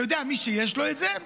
אתה יודע, מי שיש לו את זה,